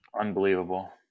Unbelievable